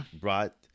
brought –